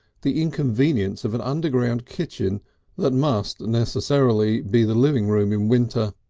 the inconvenience of an underground kitchen that must necessarily be the living-room in winter,